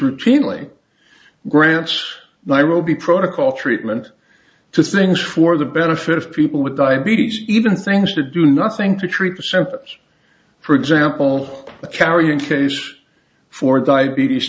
routinely grants nairobi protocol treatment to things for the benefit of people with diabetes even things to do nothing to treat the symptoms for example the carrying cage for diabetes